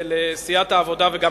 לסיעת העבודה וגם